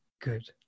good